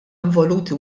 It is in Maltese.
involuti